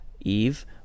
Eve